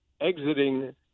exiting